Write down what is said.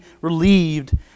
relieved